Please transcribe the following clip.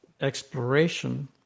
exploration